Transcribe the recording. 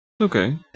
Okay